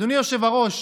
אדוני היושב-ראש,